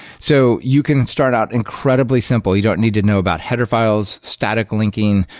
so you can start out incredibly simple. you don't need to know about header files, static linking,